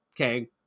Okay